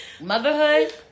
motherhood